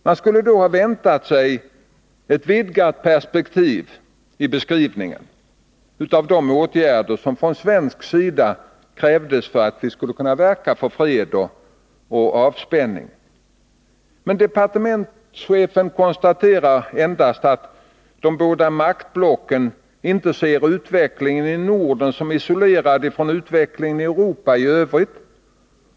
Man skulle då ha väntat sig ett vidgat perspektiv i beskrivningen av de åtgärder som från svensk sida krävs för att vi skall få fred och avspänning. Men departementschefen konstaterar endast att Nr 133 de båda maktblocken inte ser utvecklingen i Norden som isolerad från Torsdagen den utvecklingen i Europa i övrigt.